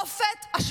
אני לא בריב.